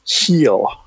heal